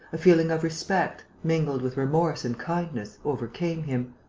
a feeling of respect, mingled with remorse and kindness, overcame him.